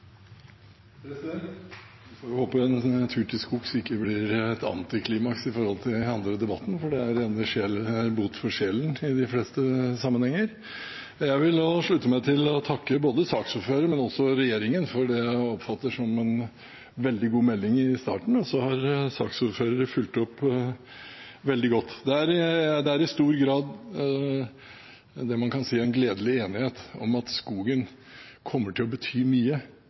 skogs ikke blir et antiklimaks for andre i debatten, for det er en bot for sjela i de fleste sammenhenger. Jeg vil også slutte meg til og takke både saksordføreren og regjeringen for det jeg oppfatter som en veldig god melding i starten. Så har saksordføreren fulgt opp veldig godt. Det er i stor grad det man kan si er en gledelig enighet, om at skogen kommer til å bety mye